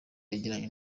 yagiranye